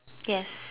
yes